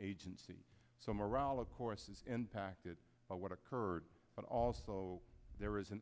agency so morale of course is impacted by what occurred but also there is an